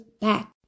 back